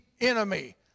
enemy